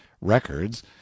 records